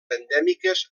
endèmiques